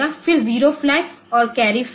फिर zero flag और carry flag